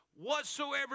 whatsoever